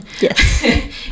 Yes